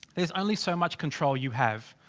there's only so much control you have,